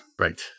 Right